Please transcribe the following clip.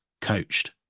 coached